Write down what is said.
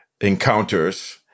encounters